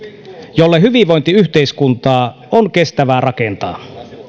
jolle hyvinvointiyhteiskuntaa on kestävää rakentaa